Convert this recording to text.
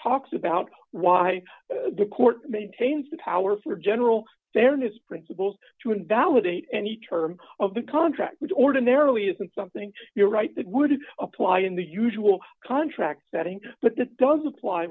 talks about why the court maintains the power for general fairness principles to invalidate any term of the contract which ordinarily isn't something you're right that would apply in the usual contract setting but that does apply